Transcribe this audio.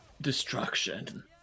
destruction